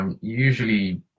Usually